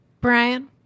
Brian